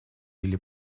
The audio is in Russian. или